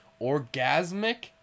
Orgasmic